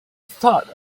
thought